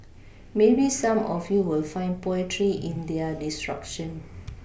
maybe some of you will find poetry in their destruction